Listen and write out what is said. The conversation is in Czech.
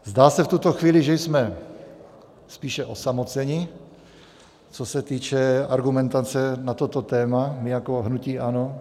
Zdá se v tuto chvíli, že jsme spíše osamoceni, co se týče argumentace na toto téma, my jako hnutí ANO.